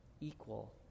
Equal